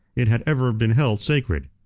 it had ever been held sacred.